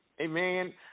Amen